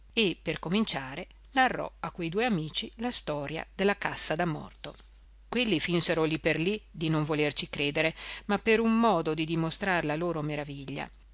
e per cominciare narrò a que due amici la storia della cassa da morto quelli finsero lì per lì di non volerci credere ma per un modo di dimostrar la loro maraviglia